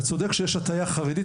אתה צודק שיש הטיה חרדית,